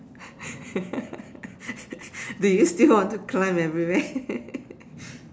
do you still want to climb everywhere